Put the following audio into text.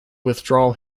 withdrawal